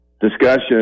discussion